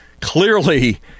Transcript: clearly